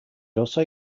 also